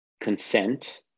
consent